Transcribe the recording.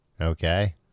Okay